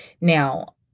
Now